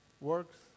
works